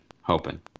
Hoping